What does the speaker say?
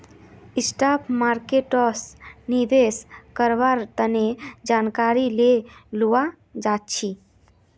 stock मार्केटोत निवेश कारवार तने जानकारी ले लुआ चाछी